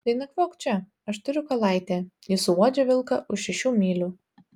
tai nakvok čia aš turiu kalaitę ji suuodžia vilką už šešių mylių